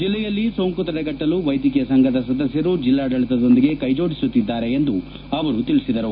ಜಿಲ್ಲೆಯಲ್ಲಿ ಸೋಂಕು ತಡೆಗಟ್ಟಲು ವೈದ್ಯಕೀಯ ಸಂಘದ ಸದಸ್ದರು ಜಿಲ್ಲಾಡಳತದೊಂದಿಗೆ ಕೈ ಜೋಡಿಸುತ್ತಿದ್ದಾರೆ ಎಂದು ಅವರು ಹೇಳಿದರು